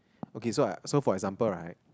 okay so I so for example right